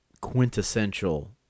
quintessential